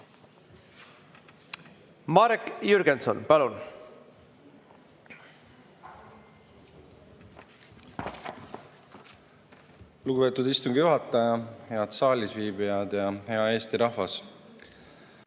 Marek Jürgenson, palun! Lugupeetud istungi juhataja! Head saalis viibijad! Hea Eesti rahvas!